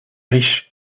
riche